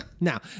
Now